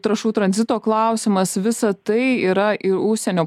trašų tranzito klausimas visa tai yra ir užsienio